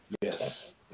Yes